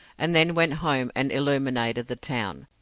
and then went home and illuminated the town,